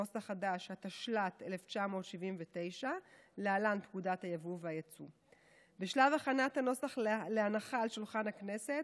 התשל"ט 1979. בשלב הכנת הנוסח להנחה על שולחן הכנסת